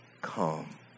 come